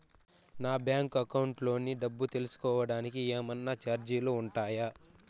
నా bank account లోని డబ్బు తెలుసుకోవడానికి కోవడానికి ఏమన్నా చార్జీలు ఉంటాయా?